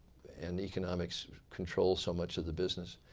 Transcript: and economics control so much of the business.